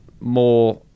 more